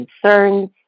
concerns